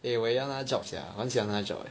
eh 我要那个 job sia 很喜欢那个 job leh